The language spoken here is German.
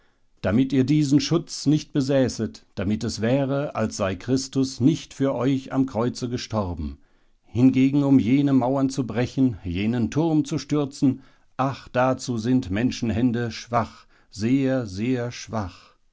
damit ihr diesen schutz nicht besäßet damit es wäre als sei christus nicht für euch am kreuze gestorben hingegen um jene mauern zu brechen jenen turm zu stürzen ach dazu sind menschenhände schwach sehr sehr schwach